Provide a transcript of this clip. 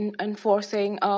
enforcing